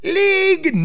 league